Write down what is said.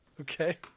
Okay